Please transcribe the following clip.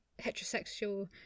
heterosexual